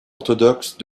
orthodoxe